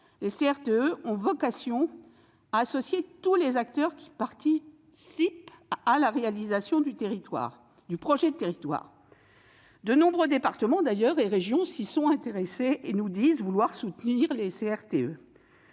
les CRTE ont vocation à associer tous les acteurs qui participent à la réalisation du projet de territoire. De nombreux départements et régions s'y sont d'ailleurs intéressés et nous disent vouloir soutenir ces